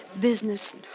Business